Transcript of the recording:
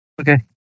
Okay